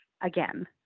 again